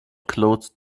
closed